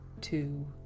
two